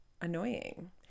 annoying